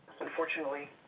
Unfortunately